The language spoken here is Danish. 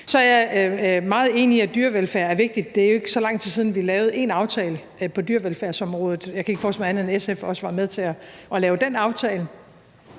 Så er jeg meget enig i, at dyrevelfærd er vigtigt. Det er jo ikke så lang tid siden, vi lavede en aftale på dyrevelfærdsområdet. Jeg kan ikke forestille mig andet, end at SF også var med til at lave den aftale.